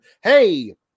Hey